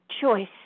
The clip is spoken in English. choice